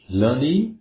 learning